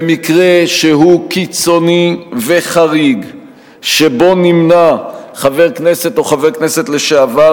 במקרה שהוא קיצוני וחריג שבו נמנע חבר הכנסת או חבר הכנסת לשעבר